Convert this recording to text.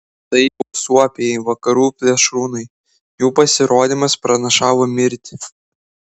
tai buvo suopiai vakarų plėšrūnai jų pasirodymas pranašavo mirtį